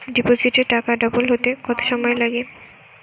ডিপোজিটে টাকা ডবল হতে কত সময় লাগে?